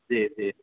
जी जी